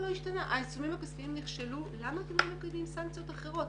העיצומים הכספיים נכשלו למה אתם לא מטילים סנקציות אחרות?